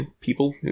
people